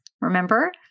Remember